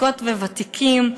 ותיקות וותיקים,